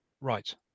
right